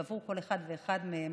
בעבור כל אחד ואחד מהם,